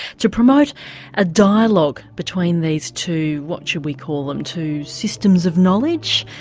to promote a dialogue between these two what should we call them two systems of knowledge?